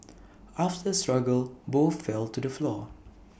after the struggle both fell to the floor